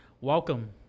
welcome